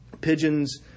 pigeons